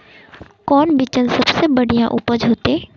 कौन बिचन सबसे बढ़िया उपज होते?